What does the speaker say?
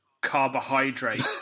carbohydrate